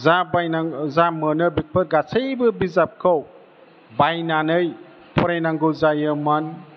जा बायनां जा मोनो बेफोर गासैबो बिजाबखौ बायनानै फरायनांगौ जायोमोन